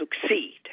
succeed